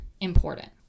important